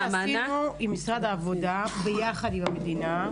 מה שעשינו עם משרד העבודה יחד עם המדינה,